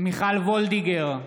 מיכל וולדיגר,